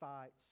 Fights